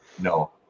No